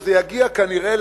וזה יגיע כנראה,